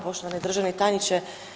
Poštovani državni tajniče.